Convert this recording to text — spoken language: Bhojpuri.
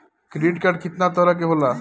क्रेडिट कार्ड कितना तरह के होला?